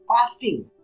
fasting